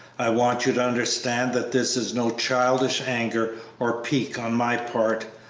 i want you to understand that this is no childish anger or pique on my part.